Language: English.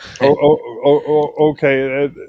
Okay